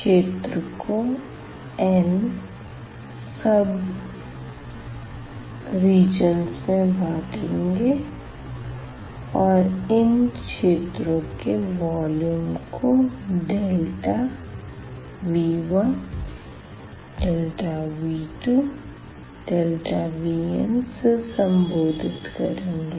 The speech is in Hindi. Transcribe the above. क्षेत्र को n उप क्षेत्रों में बांटेंगे और इन क्षेत्रों के वॉल्यूम को V1δV2δVn से संबोधित करेंगे